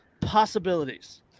possibilities